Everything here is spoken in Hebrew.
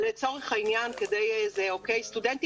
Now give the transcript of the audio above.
בסדר.